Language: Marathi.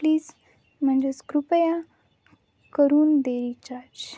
प्लीज म्हणजेच कृपया करून दे रीचार्ज